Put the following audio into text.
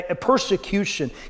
persecution